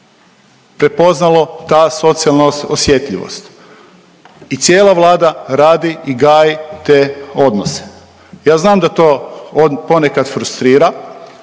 prepoznalo ta socijalna osjetljivost i cijela Vlada radi i gaji te odnose. Ja znam da to ponekad frustrira,